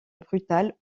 brutale